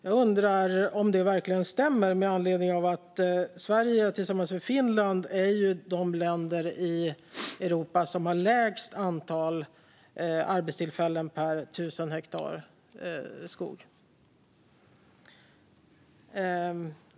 Jag undrar om det verkligen stämmer med anledning av att Sverige tillsammans med Finland ju är de länder i Europa som har lägst antal arbetstillfällen per hektar skog.